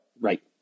Right